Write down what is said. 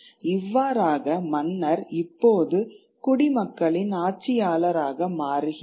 இவ்வாறாக மன்னர் இப்போது குடிமக்களின் ஆட்சியாளராக மாறுகிறார்